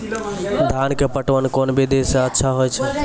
धान के पटवन कोन विधि सै अच्छा होय छै?